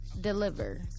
deliver